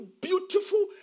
beautiful